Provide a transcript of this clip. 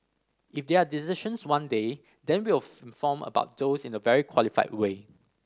if there are decisions one day then will inform about those in a very qualified way